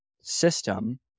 system